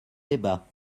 débats